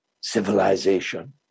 civilization